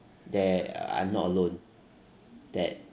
that I'm not alone that